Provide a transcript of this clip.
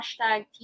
hashtag